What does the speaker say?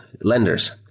lenders